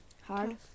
hard